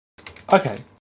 Okay